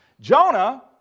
Jonah